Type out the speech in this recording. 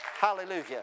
Hallelujah